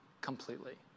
completely